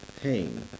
pain